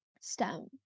STEM